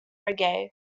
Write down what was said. reggae